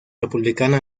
republicano